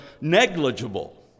negligible